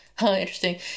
interesting